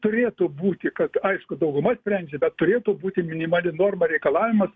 turėtų būti kad aišku dauguma sprendžia bet turėtų būti minimali norma reikalavimas